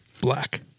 Black